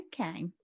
Okay